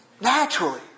Naturally